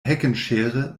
heckenschere